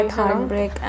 heartbreak